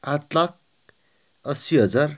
आठ लाख असी हजार